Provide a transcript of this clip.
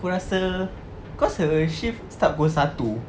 aku rasa cause her shift start pukul satu